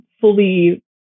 fully